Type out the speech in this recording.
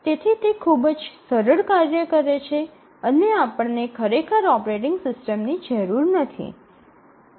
તેથી તે ખૂબ જ સરળ કાર્ય છે અને આપણને ખરેખર ઓપરેટિંગ સિસ્ટમની જરૂર નથી